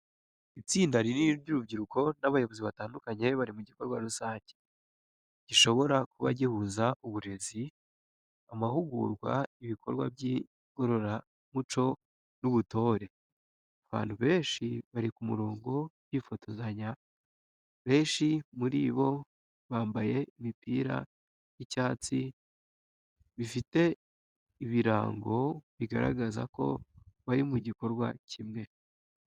Itsinda rinini ry’urubyiruko n’abayobozi batandukanye bari mu gikorwa rusange, gishobora kuba gihuza uburezi, amahugurwa, ibikorwa by’igororamuco n'ubutore. Abantu benshi bari ku murongo bifotozanya, benshi muri bo bambaye imipira y’icyatsi bifite ibirango, bigaragaza ko bari mu gikorwa kimwe.